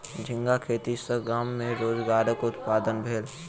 झींगा खेती सॅ गाम में रोजगारक उत्पादन भेल